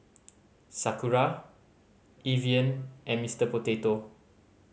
Sakura Evian and Mieter Potato